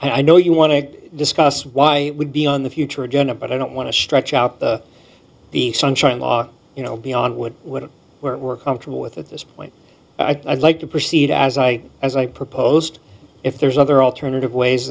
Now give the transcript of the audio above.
and i know you want to discuss why would be on the future agenda but i don't want to stretch out the sunshine law you know beyond what what we're comfortable with at this point i'd like to proceed as i as i proposed if there's other alternative ways